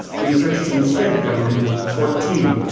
researchers instead found fourteen.